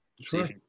Sure